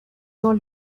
your